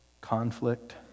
conflict